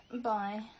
Bye